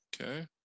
Okay